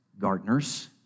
gardeners